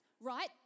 right